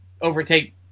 overtake